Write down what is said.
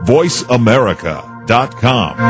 VoiceAmerica.com